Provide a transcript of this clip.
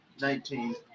Nineteen